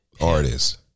artists